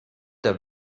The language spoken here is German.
der